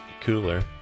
cooler